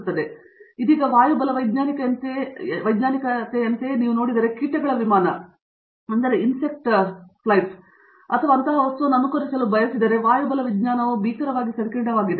ಆದರೆ ಇದೀಗ ವಾಯುಬಲವೈಜ್ಞಾನಿಕತೆಯಂತೆಯೇ ನೀವು ನೋಡಿದರೆ ಕೀಟಗಳ ವಿಮಾನ ಅಥವಾ ಅಂತಹ ವಸ್ತುವನ್ನು ಅನುಕರಿಸಲು ಬಯಸಿದರೆ ವಾಯುಬಲವಿಜ್ಞಾನವು ಭೀಕರವಾಗಿ ಸಂಕೀರ್ಣವಾಗಿದೆ